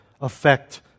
affect